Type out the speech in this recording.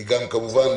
כמובן,